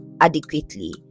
adequately